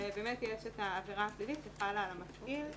שבאמת יש את העבירה הפלילית שחלה על המפעיל,